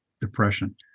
depression